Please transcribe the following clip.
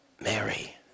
Mary